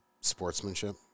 sportsmanship